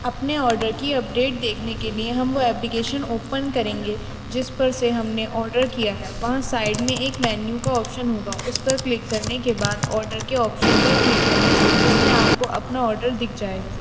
اپنے آرڈر کی اپڈیٹ دیکھنے کے لئیں ہم وہ ایبلیکیشن اوپن کریں گے جس پر سے ہم نے آرڈر کیا ہے وہاں سائڈ میں ایک مینیو کا آپشن ہوگا اس پر کلک کرنے کے بعد آرڈر کے آپشن پر کلک کریں گے جس میں آپ کو اپنا آرڈر دکھ جائے گا